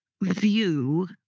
view